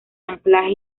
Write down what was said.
anclaje